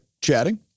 chatting